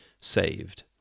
saved